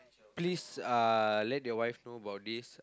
please uh let your wife know about this